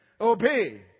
Obey